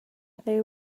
they